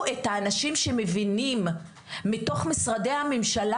את האנשים שמבינים מתוך משרדי הממשלה,